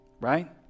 right